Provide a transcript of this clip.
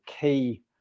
key